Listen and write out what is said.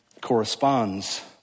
corresponds